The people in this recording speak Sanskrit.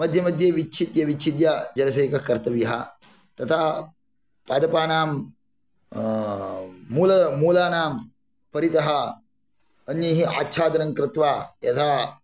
मध्ये मध्ये विच्छ्त्य विच्छित्य जलसेकः कर्तव्यः तथा पादपानां मूलानां परितः अन्यैः आच्छादनं कृत्वा यथा